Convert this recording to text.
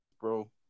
bro